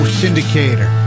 syndicator